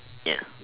ya